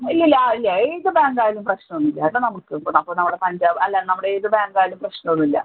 ഇല്ലില്ലാ ആ ഇല്ല ഏത് ബാങ്ക് ആയാലും പ്രശ്നം ഒന്നുമില്ല കേട്ടോ നമുക്ക് ഇപ്പോൾ നമുക്ക് നമ്മുടെ പഞ്ചാബ് അല്ല നമ്മുടെ ഏത് ബാങ്കായാലും പ്രശ്നമൊന്നുമില്ല